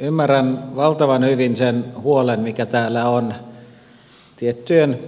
ymmärrän valtavan hyvin sen huolen mikä täällä on tiettyjen